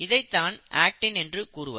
இதை தான் அக்டின் என்று கூறுவர்